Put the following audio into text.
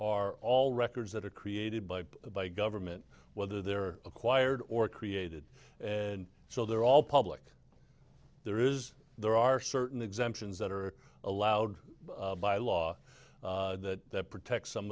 are all records that are created by by government whether they're acquired or created and so they're all public there is there are certain exemptions that are allowed by law that protect some